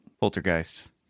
Poltergeists